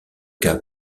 cas